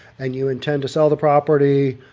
and you intend to sell the property.